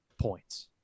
points